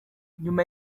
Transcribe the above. nyuma